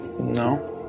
No